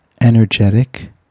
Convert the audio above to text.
energetic